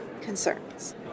concerns